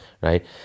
right